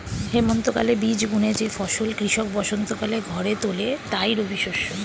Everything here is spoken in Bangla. হেমন্তকালে বীজ বুনে যে ফসল কৃষক বসন্তকালে ঘরে তোলে তাই রবিশস্য